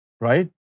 right